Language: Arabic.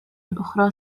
الأخرى